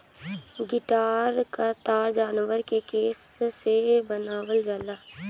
guitar क तार जानवर के केस से बनावल जाला